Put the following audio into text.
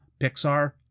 Pixar